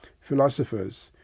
philosophers